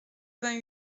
vingt